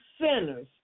sinners